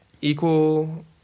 equal